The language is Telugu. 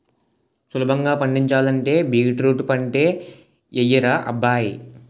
సులభంగా పండించాలంటే బీట్రూట్ పంటే యెయ్యరా అబ్బాయ్